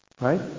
right